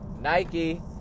Nike